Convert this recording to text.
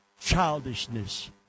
childishness